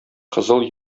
кызыл